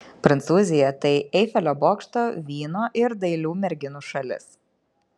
prancūzija tai eifelio bokšto vyno ir dailių merginų šalis